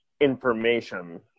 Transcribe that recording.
information